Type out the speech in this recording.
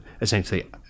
essentially